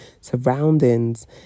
surroundings